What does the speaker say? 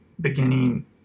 beginning